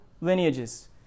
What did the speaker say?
lineages